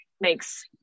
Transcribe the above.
makes